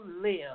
live